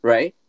Right